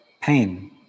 pain